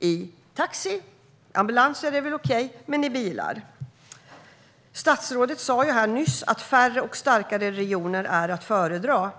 i taxi och bilar - ambulanser är väl okej. Statsrådet sa nyss att färre och starkare regioner är att föredra.